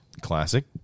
classic